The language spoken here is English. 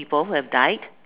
people who have died